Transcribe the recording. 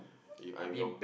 if I'm your